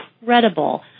incredible